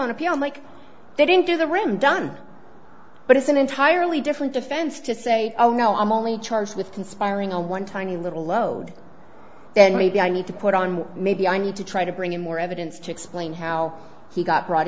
on appeal mike they didn't do the ram done but it's an entirely different defense to say oh no i'm only charged with conspiring a one tiny little load that maybe i need to put on maybe i need to try to bring in more evidence to explain how he got brought